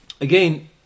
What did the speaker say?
Again